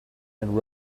and